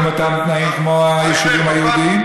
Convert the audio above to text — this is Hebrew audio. את אותם תנאים כמו היישובים היהודיים.